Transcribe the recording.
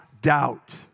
doubt